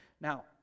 Now